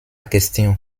question